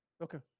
okay